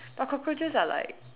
but cockroaches are like